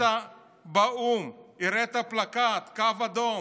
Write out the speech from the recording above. היית באו"ם, הראית פלקט, קו אדום,